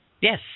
Yes